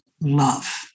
love